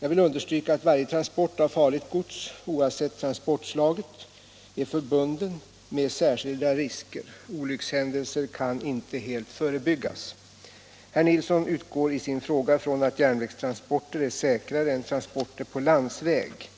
Jag vill understryka att varje transport av farligt gods, oavsett transportslaget, är förbunden med särskilda risker. Olyckshändelser kan inte helt förebyggas. Herr Nilsson utgår i sin fråga från att järnvägstransporter är säkrare än transporter på landsväg.